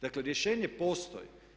Dakle, rješenje postoji.